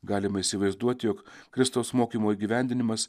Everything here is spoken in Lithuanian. galime įsivaizduoti jog kristaus mokymo įgyvendinimas